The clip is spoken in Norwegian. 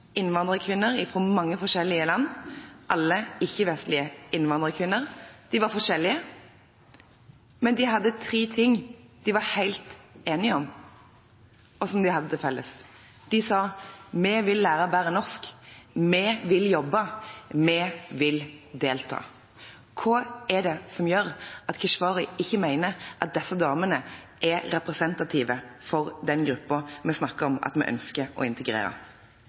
innvandrerkvinner fra mange forskjellige land, alle ikke-vestlige innvandrerkvinner. De var forskjellige, men de hadde tre ting de var helt enige om, og som de hadde til felles. De sa: Vi vil lære bare norsk. Vi vil jobbe. Vi vil delta. Hva er det som gjør at Keshvari ikke mener at disse damene er representative for den gruppen vi snakker om at vi ønsker å integrere?